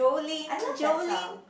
I love that song